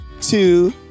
two